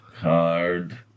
card